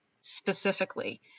specifically